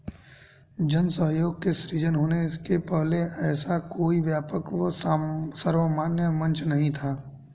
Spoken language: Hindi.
जन सहयोग के सृजन होने के पहले ऐसा कोई व्यापक व सर्वमान्य मंच नहीं था